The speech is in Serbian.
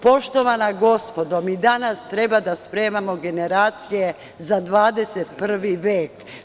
Poštovana gospodo, mi danas treba da spremamo generacije za 21. vek.